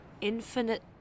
infinite